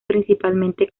principalmente